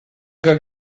que